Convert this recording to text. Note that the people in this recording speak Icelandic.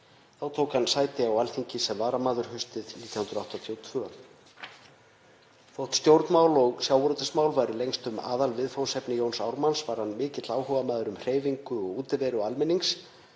Þá tók hann sæti á þingi sem varaþingmaður haustið 1982. Þótt stjórnmál og sjávarútvegsmál væru lengstum aðalviðfangsefni Jóns Ármanns var hann mikill áhugamaður um hreyfingu og útiveru almennings